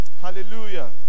Hallelujah